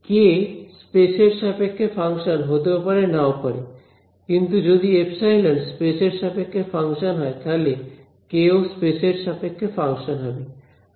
কে স্পেসের সাপেক্ষে ফাংশন হতেও পারে নাও পারে কিন্তু যদি এপসাইলন স্পেস এর সাপেক্ষে ফাংশন হয় তাহলে কে ও স্পেস এর সাপেক্ষে ফাংশন হবে